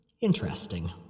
Interesting